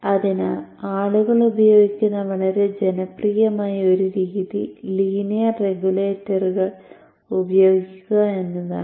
അതിനാൽ ആളുകൾ ഉപയോഗിക്കുന്ന വളരെ ജനപ്രിയമായ ഒരു രീതി ലീനിയർ റെഗുലേറ്ററുകൾ ഉപയോഗിക്കുക എന്നതാണ്